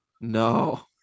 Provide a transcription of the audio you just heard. No